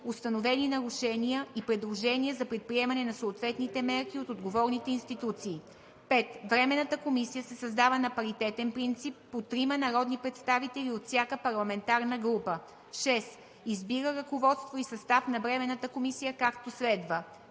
установени нарушения и предложения за предприемане на съответни мерки от отговорните институции. 5. Временната комисия се създава на паритетен принцип – по трима народни представители от всяка парламентарна група. 6. Избира ръководство и състав на Временната комисия, както следва: